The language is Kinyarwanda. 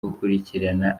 gukurikirana